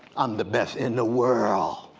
i'm the best in the world,